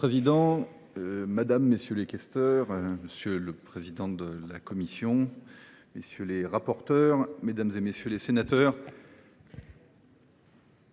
Monsieur le président, madame, messieurs les questeurs, monsieur le président de la commission, messieurs les rapporteurs, mesdames, messieurs les sénateurs,